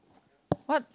what